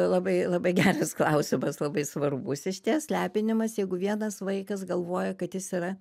labai labai geras klausimas labai svarbus išties lepinimas jeigu vienas vaikas galvoja kad jis yra